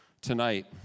tonight